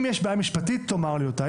אם יש בעיה משפטית תאמר לי אותה,